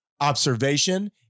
observation